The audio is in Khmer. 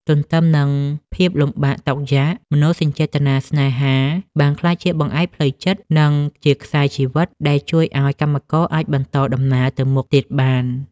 ទន្ទឹមនឹងភាពលំបាកតោកយ៉ាក មនោសញ្ចេតនាស្នេហាបានក្លាយជាបង្អែកផ្លូវចិត្ត និងជាខ្សែជីវិតដែលជួយឱ្យកម្មករអាចបន្តដំណើរទៅមុខទៀតបាន។